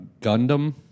Gundam